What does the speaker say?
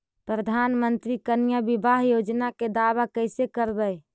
प्रधानमंत्री कन्या बिबाह योजना के दाबा कैसे करबै?